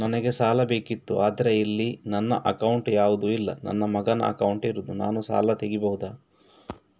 ನನಗೆ ಸಾಲ ಬೇಕಿತ್ತು ಆದ್ರೆ ಇಲ್ಲಿ ನನ್ನ ಅಕೌಂಟ್ ಯಾವುದು ಇಲ್ಲ, ನನ್ನ ಮಗನ ಅಕೌಂಟ್ ಇರುದು, ನಾನು ಸಾಲ ತೆಗಿಬಹುದಾ?